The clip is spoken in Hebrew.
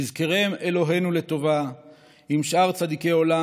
יזכרם אלוהינו לטובה עם שאר צדיקי עולם